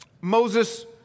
Moses